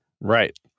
Right